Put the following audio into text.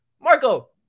Marco